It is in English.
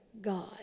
God